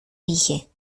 dije